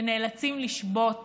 שנאלצים לשבות